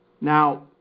Now